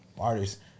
artists